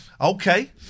Okay